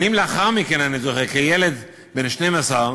שנים לאחר מכן, אני זוכר, כילד בן 12,